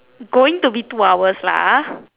going to be two hours lah ah